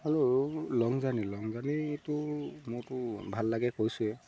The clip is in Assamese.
লং জাৰ্ণি লং জাৰ্ণিটো মোৰটো ভাল লাগে কৈছোঁৱে